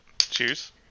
cheers